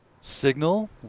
Signal